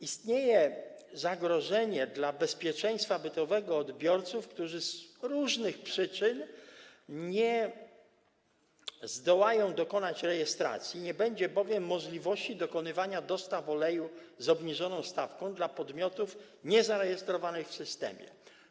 Istnieje zagrożenie dla bezpieczeństwa bytowego odbiorców, którzy z różnych przyczyn nie zdołają dokonać rejestracji, nie będzie bowiem możliwości dokonywania dostaw oleju z obniżoną stawką dla podmiotów niezarejestrowanych w systemie.